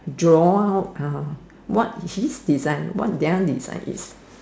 draw uh what did she design why did I design this